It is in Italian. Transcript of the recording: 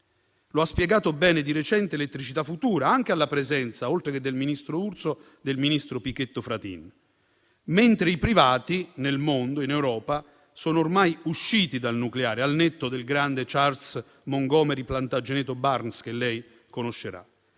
Lo ha spiegato bene di recente l'associazione Elettricità Futura, anche alla presenza, oltre che del ministro Urso, del ministro Pichetto Fratin. Mentre i privati nel mondo e in Europa sono ormai usciti dal nucleare, al netto del grande Charles Montgomery Plantageneto Burns, che lei conoscerà.